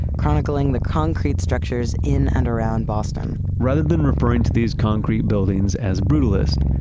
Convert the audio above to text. chronicling the concrete structures in and around boston rather than referring to these concrete buildings as brutalist,